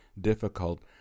difficult